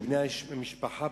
בבני המשפחה,